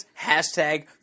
hashtag